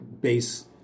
base